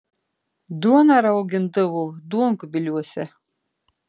duoną raugindavo duonkubiliuose